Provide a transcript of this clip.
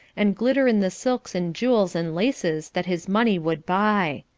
and glitter in the silks and jewels and laces that his money would buy.